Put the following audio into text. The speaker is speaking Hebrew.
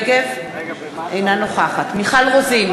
אינה נוכחת מיכל רוזין,